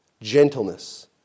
gentleness